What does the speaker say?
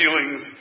feelings